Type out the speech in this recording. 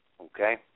okay